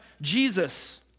Jesus